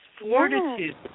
fortitude